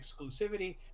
exclusivity